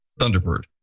Thunderbird